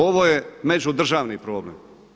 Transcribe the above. Ovo je međudržavni problem.